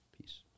Peace